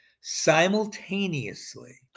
simultaneously